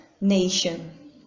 nation